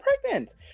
pregnant